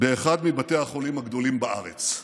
באחד מבתי החולים הגדולים בארץ.